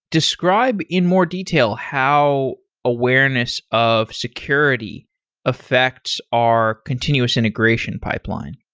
describe in more detail how awareness of security effects our continuous integration pipeline.